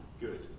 Good